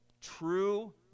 true